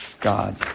God